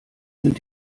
sind